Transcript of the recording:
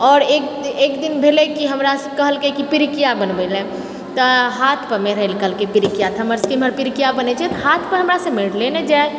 आओर एक एकदिन भेलै कि हमरा से कहलकै कि पिरिकिया बनबै लए तऽ हाथ कऽ मेढ़ै लऽ कहलकै पिरिकिया तऽ हमर सबके एमहर पिरिकिया बनै छै तऽ हाथ पर हमरासँ मेढ़ले नहि जाए